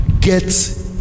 get